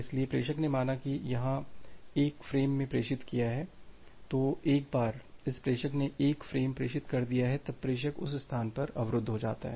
इसलिए प्रेषक ने माना यहाँ 1 फ्रेम में प्रेषित किया है तो एक बार इस प्रेषक ने 1 फ्रेम प्रेषित कर दिया तब प्रेषक उस स्थान पर अवरुद्ध हो जाता है